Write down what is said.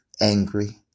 angry